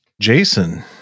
Jason